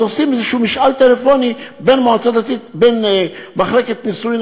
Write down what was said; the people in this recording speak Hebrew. אז עושים איזשהו משאל טלפוני בין מחלקת נישואים